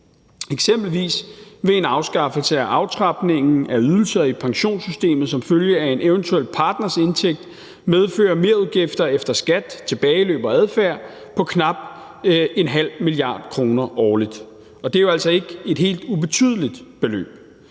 Eksempelvis vil en afskaffelse af aftrapningen af ydelser i pensionssystemet som følge af en eventuel partners indtægt medføre merudgifter efter skat, tilbageløb og adfærd på knap en halv milliard kroner årligt, og det er jo altså ikke et helt ubetydeligt beløb.